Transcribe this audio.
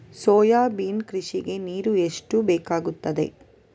Soybean ಕೃಷಿಗೆ ನೀರು ಎಷ್ಟು ಬೇಕಾಗುತ್ತದೆ?